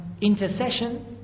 intercession